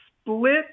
split